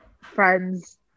friends